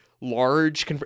large